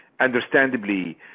Understandably